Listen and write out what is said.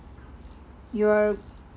you're